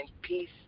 peace